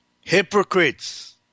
Hypocrites